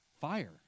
Fire